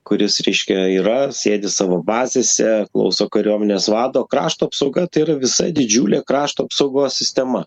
kuris reiškia yra sėdi savo bazėse klauso kariuomenės vado krašto apsauga tai yra visa didžiulė krašto apsaugos sistema